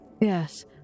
Yes